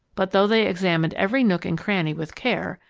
but though they examined every nook and cranny with care,